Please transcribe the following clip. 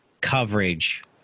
coverage